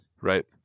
right